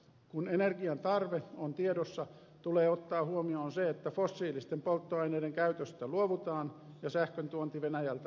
kun energian tarve on tiedossa tulee ottaa huomioon se että fossiilisten polttoaineiden käytöstä luovutaan ja sähkön tuonti venäjältä lopetetaan